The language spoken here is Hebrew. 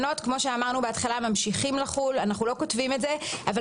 כמו שאמרנו בהתחלה הרישיונות ממשיכים לחול אנחנו לא כותבים את זה אבל